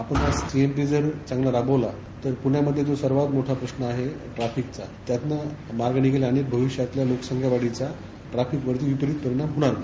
आपण हा सीएमपी चांगला राबविला तर पुण्यामध्ये सर्वात मोठा प्रश्न आहे ट्राफिकचा त्यातनं मार्ग निघेल आणि भविष्यातल्या लोकसंख्यावाढीचा ट्राफिकवरती विपरीत परिणाम होणार नाही